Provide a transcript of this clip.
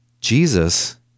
Jesus